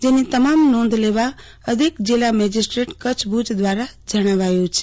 જેની તમામે નોંધ લેવા અધિક જિલ્લા મેજીસ્ટ્રેટ કચ્છ ભુજ દ્વારા જણાવાયું છે